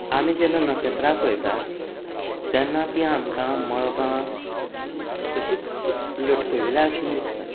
आमी जेन्ना नखेत्रां पळयतात तेन्ना तीं आमकां मळबां अशींच लटकयिल्ल्या भशेन दिसतात